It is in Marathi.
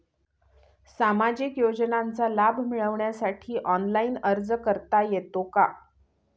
सामाजिक योजनांचा लाभ मिळवण्यासाठी ऑनलाइन अर्ज करता येतो का?